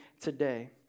today